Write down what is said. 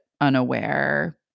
unaware